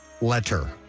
letter